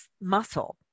muscle